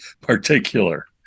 particular